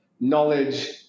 knowledge